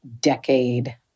decade